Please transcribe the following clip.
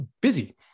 busy